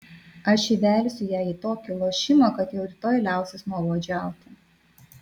aš įvelsiu ją į tokį lošimą kad jau rytoj liausis nuobodžiauti